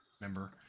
member